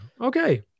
okay